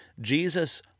Jesus